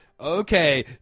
Okay